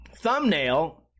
thumbnail